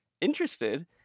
interested